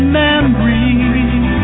memories